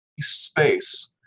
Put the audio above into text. space